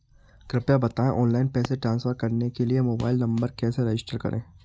कृपया बताएं ऑनलाइन पैसे ट्रांसफर करने के लिए मोबाइल नंबर कैसे रजिस्टर करें?